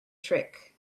trick